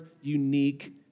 unique